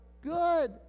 good